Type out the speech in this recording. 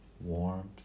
Warmth